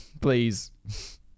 please